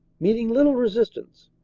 meeting little resistance.